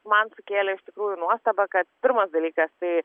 man sukėlė iš tikrųjų nuostabą kad pirmas dalykas tai